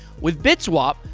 with bitswap,